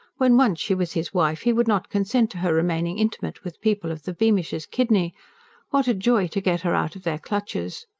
when once she was his wife he would not consent to her remaining intimate with people of the beamishes' kidney what a joy to get her out of their clutches!